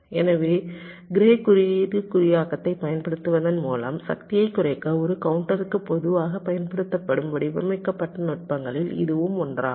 எனவே க்ரே குறியீடு குறியாக்கத்தைப் பயன்படுத்துவதன் மூலம் சக்தியை குறைக்க ஒரு கவுண்டருக்கு பொதுவாக பயன்படுத்தப்படும் வடிவமைக்கப்பட்ட நுட்பங்களில் இதுவும் ஒன்றாகும்